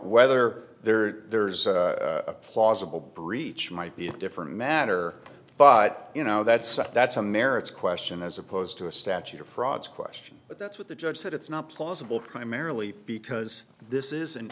whether there there's a plausible breach might be a different matter but you know that's that's a merits question as opposed to a statute of frauds question but that's what the judge said it's not plausible primarily because this is an